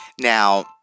Now